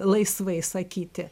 laisvai sakyti